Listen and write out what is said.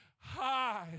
high